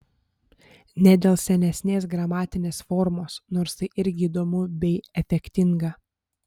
ne dėl senesnės gramatinės formos nors tai irgi įdomu bei efektinga